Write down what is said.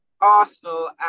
Arsenal